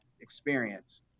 experience